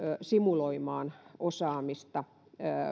simuloimaan osaamista